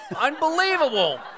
unbelievable